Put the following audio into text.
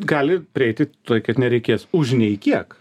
gali prieiti tuoj kad nereikės už nei kiek